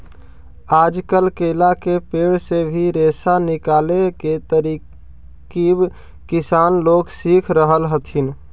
आजकल केला के पेड़ से भी रेशा निकाले के तरकीब किसान लोग सीख रहल हथिन